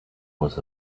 was